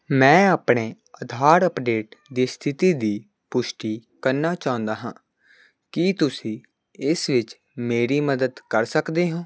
ਮੈਂ ਆਪਣੇ ਆਧਾਰ ਅੱਪਡੇਟ ਦੀ ਸਥਿਤੀ ਦੀ ਪੁਸ਼ਟੀ ਕਰਨਾ ਚਾਹੁੰਦਾ ਹਾਂ ਕੀ ਤੁਸੀਂ ਇਸ ਵਿੱਚ ਮੇਰੀ ਮਦਦ ਕਰ ਸਕਦੇ ਹੋ